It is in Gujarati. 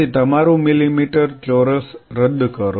તેથી તમારું મિલીમીટર ચોરસ રદ કરો